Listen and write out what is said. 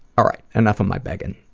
alright, enough of my begging.